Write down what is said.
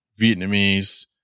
Vietnamese